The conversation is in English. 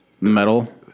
Metal